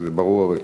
זה ברור הרי.